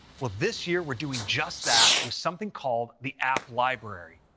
well, this year we're doing just that with something called the app library.